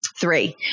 three